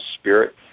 spirit